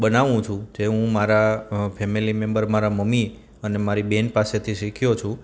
બનાવું છું જે હું મારા ફેમેલી મેમ્બર મારા મમ્મી અને મારી બેન પાસેથી શીખ્યો છું